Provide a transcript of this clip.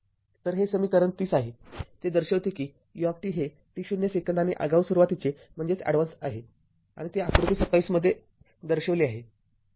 तरहे समीकरण ३० आहे ते दर्शवते की u हे t० सेकंदाने आगाऊ सुरुवातीचे आहे आणि ते आकृती २७ मध्ये दर्शविले आहे